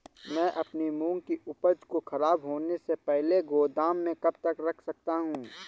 मैं अपनी मूंग की उपज को ख़राब होने से पहले गोदाम में कब तक रख सकता हूँ?